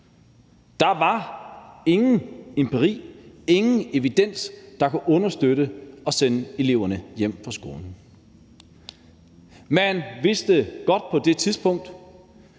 Der var ingen empiri og ingen evidens, der kunne understøtte at sende eleverne hjem fra skolen. Man vidste godt på det tidspunkt,